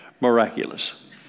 miraculous